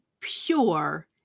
pure